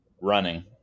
running